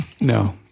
No